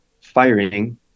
firing